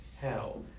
hell